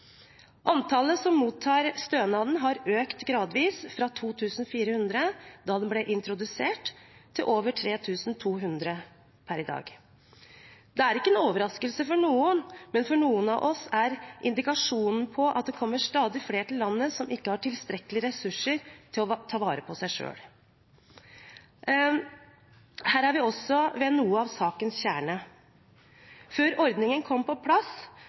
Antallet som mottar stønaden, har økt gradvis – fra 2 400 da den ble introdusert, til over 3 200 per i dag. Det er ikke noen overraskelse for noen, men for noen av oss er det en indikasjon på at det kommer stadig flere til landet som ikke har tilstrekkelig ressurser til å ta vare på seg selv. Her er vi ved noe av sakens kjerne. Før ordningen kom på plass,